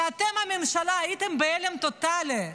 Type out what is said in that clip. כשאתם, הממשלה, הייתם בהלם טוטלי,